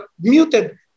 muted